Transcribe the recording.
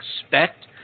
expect